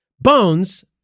Bones